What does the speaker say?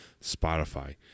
Spotify